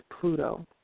Pluto